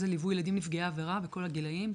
לליווי ילדים נפגעי עבירה בכל הגילאים,